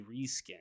reskin